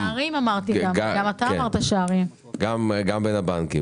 גם בין הבנקים.